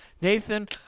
Nathan